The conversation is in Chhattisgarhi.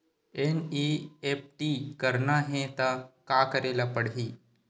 एन.ई.एफ.टी करना हे त का करे ल पड़हि?